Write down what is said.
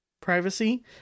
privacy